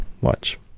watch